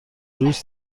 روز